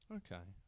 okay